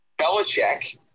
Belichick